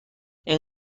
این